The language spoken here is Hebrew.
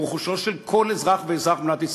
רכושו של כל אזרח ואזרח במדינת ישראל.